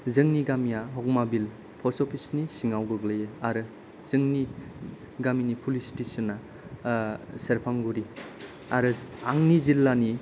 जोंनि गामिया हखमा बिल पस्ट अफिस नि सिङाव गोग्लैयो आरो जोंनि गामिनि पुलिस स्टेसन आ सेरफांगुरि आरो आंनि जिल्लानि